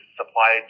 supply